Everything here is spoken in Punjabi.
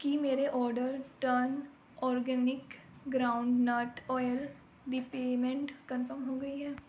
ਕੀ ਮੇਰੇ order turn organic groundnut oil ਦੀ ਪੇਮੈਂਟ ਕਨਫਰਮ ਹੋ ਗਈ ਹੈ